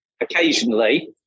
occasionally